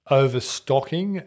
overstocking